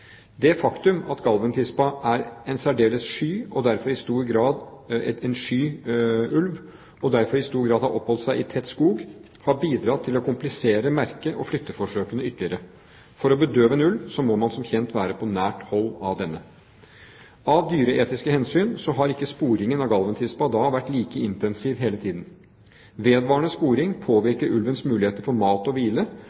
Det faktum at Galven-tispa er en særdeles sky ulv, og derfor i stor grad har oppholdt seg i tett skog, har bidratt til å komplisere merke- og flytteforsøkene ytterligere. For å bedøve en ulv må man, som kjent, være på svært nært hold av denne. Av dyreetiske hensyn har ikke sporingen av Galven-tispa vært like intensiv hele tiden. Vedvarende sporing